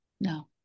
No